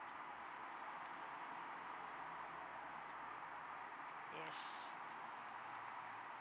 yes